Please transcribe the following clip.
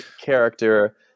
character